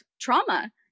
trauma